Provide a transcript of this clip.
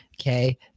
Okay